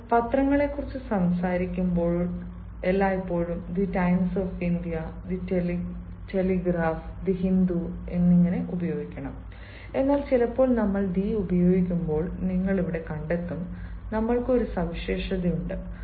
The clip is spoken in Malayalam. നിങ്ങൾ പത്രങ്ങളെക്കുറിച്ച് സംസാരിക്കുമ്പോൾ എല്ലായ്പ്പോഴും the Times of India the Telegraph the Hindu എന്നിവ ഉപയോഗിക്കണം എന്നാൽ ചിലപ്പോൾ നമ്മൾ ദി ഉപയോഗിക്കുമ്പോൾ നിങ്ങൾ കണ്ടെത്തും നമ്മൾ ക്ക് ഒരു സവിശേഷതയുണ്ട്